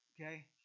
okay